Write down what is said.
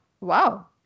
wow